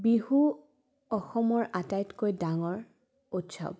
বিহু অসমৰ আটাইতকৈ ডাঙৰ উৎসৱ